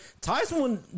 Tyson